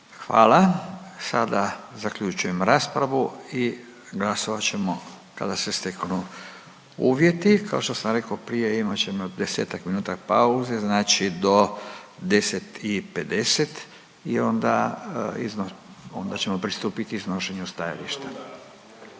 Hvala. Sada zaključujem raspravu i glasovat ćemo kada se steknu uvjeti. Kao što sam rekao prije imat ćemo desetak minuta pauze znači do 10 i 50 i onda ćemo pristupiti iznošenju stajališta.